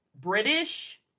British